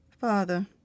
Father